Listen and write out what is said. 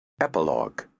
Epilogue